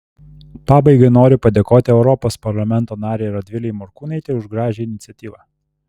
pabaigai noriu padėkoti europos parlamento narei radvilei morkūnaitei už gražią iniciatyvą